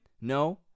No